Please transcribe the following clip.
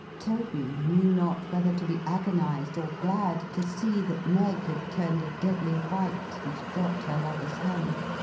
toby knew not whether to be agonised or glad, to see that meg had turned a deadly white, and dropped her lover's hand.